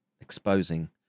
exposing